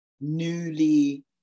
newly